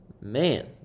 Man